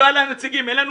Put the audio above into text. לא היו לנו נציגים, אין לנו